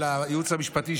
ולייעוץ המשפטי,